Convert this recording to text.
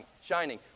shining